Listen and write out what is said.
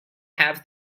have